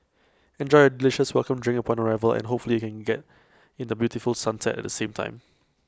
enjoy A delicious welcome drink upon arrival and hopefully you can get in the beautiful sunset at the same time